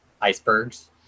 icebergs